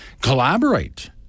Collaborate